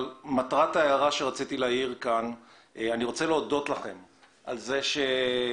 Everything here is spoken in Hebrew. אבל המטרה של ההערה שלי היא גם להודות לכם על כך ששניכם